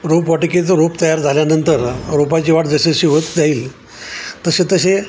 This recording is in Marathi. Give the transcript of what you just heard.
रोपवाटिकेचं रोप तयार झाल्यानंतर रोपाची वाढं जसजशी होत जाईल तसे तसे